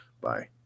Bye